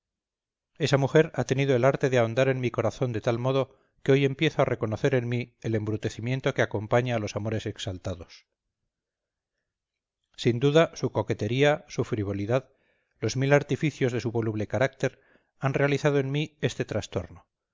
esa mujer ha tenido el arte de ahondar en mi corazón de tal modo que hoy empiezo a reconocer en mí el embrutecimiento que acompaña a los amores exaltados sin duda su coquetería su frivolidad los mil artificios de su voluble carácter han realizado en mí este trastorno